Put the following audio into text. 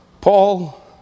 Paul